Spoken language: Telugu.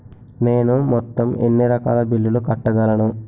నేను మొత్తం ఎన్ని రకాల బిల్లులు కట్టగలను?